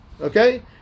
Okay